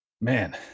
Man